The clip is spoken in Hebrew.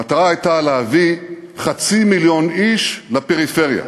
המטרה הייתה להביא חצי מיליון איש לפריפריה,